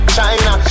China